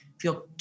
feel